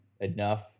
enough